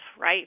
right